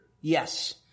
Yes